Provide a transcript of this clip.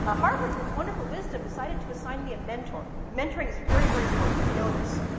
ah harvard, in its wonderful wisdom, decided to assign me a mentor. mentoring is very, very important. we know this.